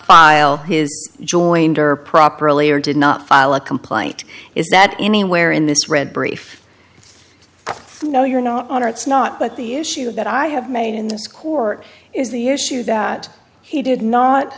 his joinder properly or did not file a complaint is that anywhere in this read brief i know you're not on or it's not but the issue that i have made in this court is the issue that he did not